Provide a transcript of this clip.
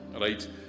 right